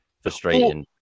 frustrating